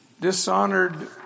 Dishonored